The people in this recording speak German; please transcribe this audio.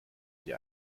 sie